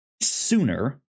sooner